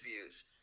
views